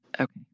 Okay